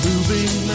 Moving